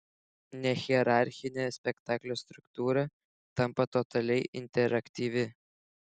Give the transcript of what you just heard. nehierarchinė spektaklio struktūra tampa totaliai interaktyvi